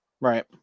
Right